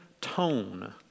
tone